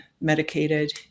medicated